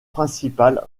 principal